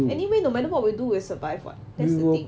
anyway no matter what we do we'll survive [what] that's the thing